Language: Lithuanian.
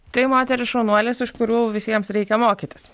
tai moterys šaunuolės iš kurių visiems reikia mokytis